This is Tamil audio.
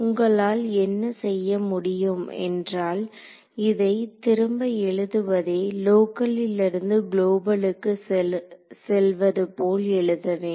உங்களால் என்ன செய்ய முடியும் என்றால் இதை திரும்ப எழுதுவதே லோக்கலில் இருந்து குளோபலுக்கு செல்வதுபோல் எழுதவேண்டும்